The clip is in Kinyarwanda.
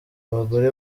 abagore